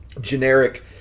generic